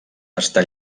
està